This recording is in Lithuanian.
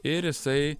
ir jisai